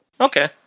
Okay